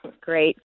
Great